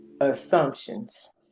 Assumptions